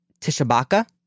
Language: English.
Tishabaka